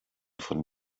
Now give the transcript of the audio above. von